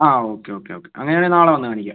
ആ okay okay okay അങ്ങനെ ആണേ നാളെ വന്ന് കാണിക്കാം